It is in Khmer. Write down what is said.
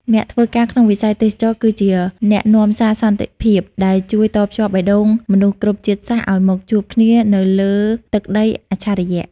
អ្នកធ្វើការក្នុងវិស័យទេសចរណ៍គឺជា "អ្នកនាំសារសន្តិភាព" ដែលជួយតភ្ជាប់បេះដូងមនុស្សគ្រប់ជាតិសាសន៍ឱ្យមកជួបគ្នានៅលើទឹកដីអច្ឆរិយ។